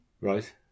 Right